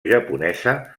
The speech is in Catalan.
japonesa